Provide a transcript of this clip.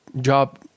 job